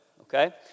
okay